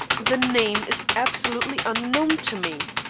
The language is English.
the name is absolutely unknown to me.